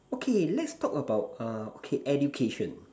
okay let's talk about uh okay education